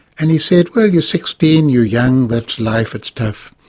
and he said, well, you're sixteen, you're young, that's life, it's tough.